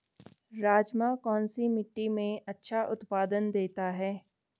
राजमा कौन सी मिट्टी में अच्छा उत्पादन देता है?